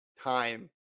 time